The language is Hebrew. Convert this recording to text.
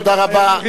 תודה רבה.